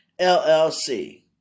LLC